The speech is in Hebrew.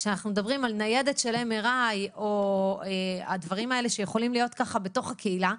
כשאנחנו מדברים על ניידת MRI או דברים שיכולים להיות בתוך הקהילה,